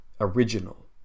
original